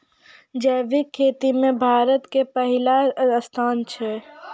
जैविक खेती मे भारतो के पहिला स्थान छै